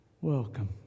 welcome